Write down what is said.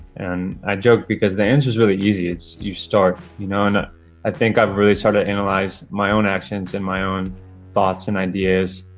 and i joke because the answer's really easy. it's you start? you know ah i think i've really started to analyze my own actions and my own thoughts and ideas